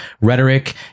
Rhetoric